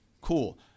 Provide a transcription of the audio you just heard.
Cool